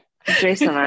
Jason